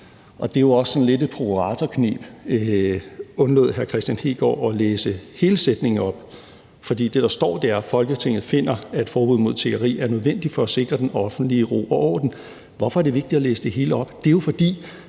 og det er jo også sådan lidt et prokuratorkneb, undlod hr. Kristian Hegaard at læse hele sætningen op, for det, der står, er, at Folketinget finder, at et forbud mod tiggeri er nødvendigt for at sikre den offentlige ro og orden. Hvorfor er det vigtigt at læse det hele op? Det er jo, fordi